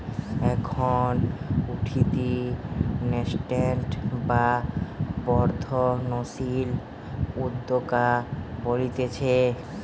এখন উঠতি ন্যাসেন্ট বা বর্ধনশীল উদ্যোক্তা বলতিছে